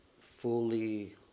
fully